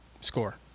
score